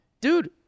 Dude